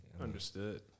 Understood